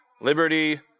liberty